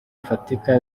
bufatika